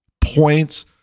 points